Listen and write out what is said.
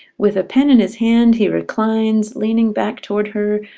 with a pen in his hand, he reclines, leaning back toward her,